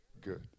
Good